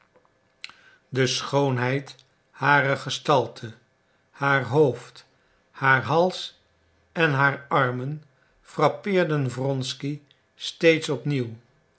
de schoonheid harer gestalte haar hoofd haar hals en haar armen frappeerden wronsky steeds